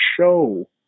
show